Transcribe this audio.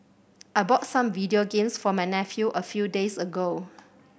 I bought some video games for my nephew a few days ago